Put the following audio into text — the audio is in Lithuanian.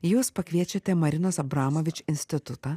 jūs pakviečiate marinos abramovič institutą